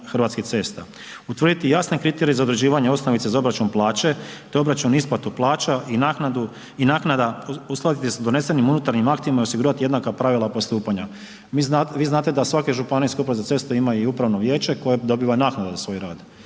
Hrvatskih cesta, utvrditi jasne kriterije za određivanje osnovice za obračun plaće, te obračun isplatu plaća i naknadu i naknada uskladiti s donesenim unutarnjim aktima i osigurati jednaka pravila postupanja. Vi znate, vi znate da svake ŽUC imaju i upravo vijeće koje dobiva naknadu za svoj rad,